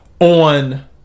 on